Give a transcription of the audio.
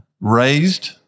raised